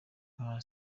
nka